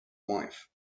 wife